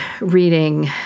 reading